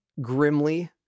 grimly